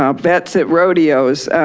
um vets at rodeos.